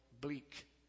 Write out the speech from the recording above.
bleak